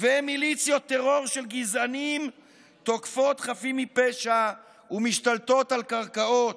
ומיליציות טרור של גזענים תוקפות חפים מפשע ומשתלטות על קרקעות,